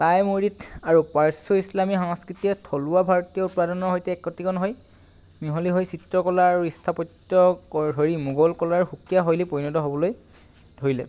টাই আৰু পাৰস্য় ইছলামী সংস্কৃতিয়ে থলুৱা ভাৰতীয় উপাদানৰ সৈতে একত্ৰীকৰণ হৈ মিহলি হৈ চিত্ৰ কলা আৰু স্থপত্য ধৰি মোগল কলাৰ সুকীয়া শৈলী পৰিণত হ'বলৈ ধৰিলে